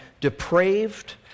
depraved